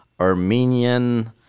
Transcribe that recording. Armenian